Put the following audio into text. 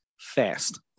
fast